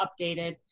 updated